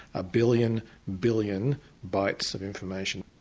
a billion-billion billion-billion bytes of information.